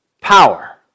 Power